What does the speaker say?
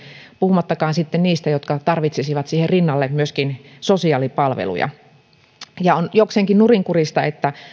puhumattakaan sitten niistä jotka tarvitsisivat siihen rinnalle myöskin sosiaalipalveluja on jokseenkin nurinkurista että